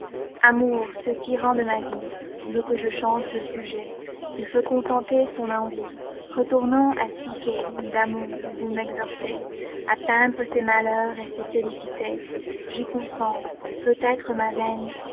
amour ce tyran de ma vie veut que je change de sujets il faut contenter son envie retournons h psyché damon vous m'exhortez livre vi a peiadrc ses malheurs et ses félicités j'y consens peut-être ma veine